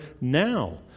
Now